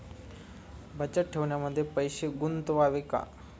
बचत ठेवीमध्ये पैसे गुंतवावे का?